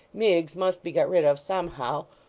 miggs must be got rid of somehow,